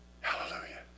Hallelujah